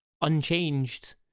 unchanged